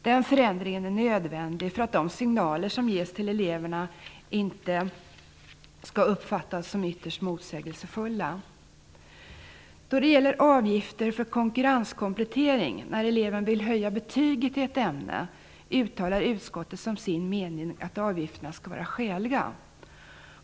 Den förändringen är nödvändig för att de signaler som ges till eleverna inte skall uppfattas som ytterst motsägelsefulla. - när eleven vill höja betyget i ett ämne - uttalar utskottet som sin mening att avgifterna skall vara skäliga.